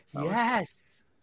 Yes